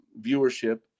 viewership